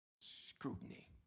Scrutiny